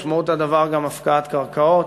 משמעות הדבר גם הפקעת קרקעות,